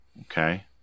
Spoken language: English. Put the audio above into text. Okay